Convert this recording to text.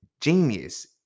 genius